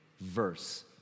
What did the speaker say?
verse